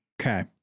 Okay